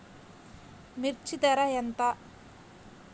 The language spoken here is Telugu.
మిర్చి ధర ఎంత?